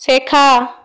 শেখা